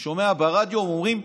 אני שומע ברדיו, והם אומרים: